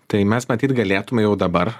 tai mes matyt galėtume jau dabar